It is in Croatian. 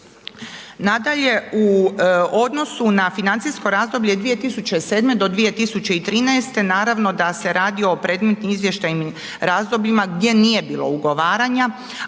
Nadalje, u odnosu na financijsko razdoblje 2007. do 2013. naravno da se radi o predmetnim izvještajnim razdobljima gdje nije bilo ugovaranja,